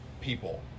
people